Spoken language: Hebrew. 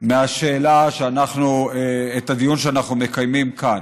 מהשאלה של הדיון שאנחנו מקיימים כאן.